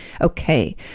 Okay